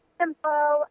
simple